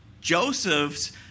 Joseph's